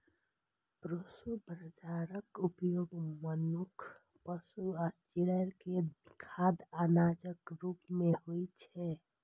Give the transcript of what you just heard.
proso बाजाराक उपयोग मनुक्ख, पशु आ चिड़ै के खाद्य अनाजक रूप मे होइ छै